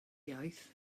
iaith